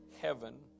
heaven